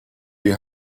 you